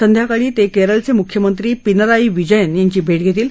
संध्याकाळी ते केरळचे मुख्यमंत्री पिनाराई विजयन यांची भेट घेतील